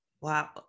Wow